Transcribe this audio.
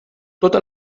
tota